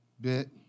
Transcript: bit